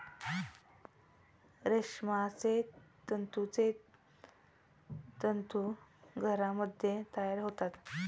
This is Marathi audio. रेशमाचे तुतीचे तंतू घरामध्ये तयार होतात